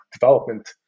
development